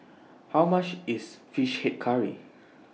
How much IS Fish Head Curry